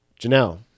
Janelle